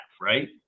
right